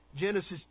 Genesis